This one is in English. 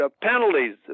Penalties